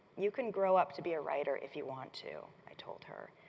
you can grow up to be a writer if you want to, i told her.